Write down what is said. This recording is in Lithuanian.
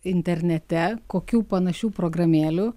internete kokių panašių programėlių